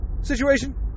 situation